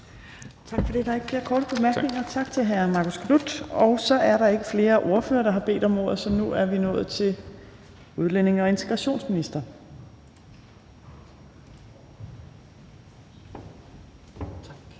Tak for det. Der er ikke flere korte bemærkninger, så tak til hr. Marcus Knuth. Og så er der ikke flere ordførere, der har bedt om ordet, så nu er vi nået til udlændinge- og integrationsministeren.